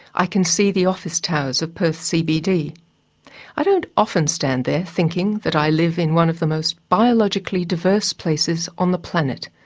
i can see the office towers of perth's cbd. i don't often stand there thinking that i live in one of the most biologically diverse places on the planet.